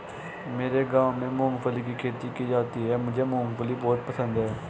मेरे गांव में मूंगफली की खेती की जाती है मुझे मूंगफली बहुत पसंद है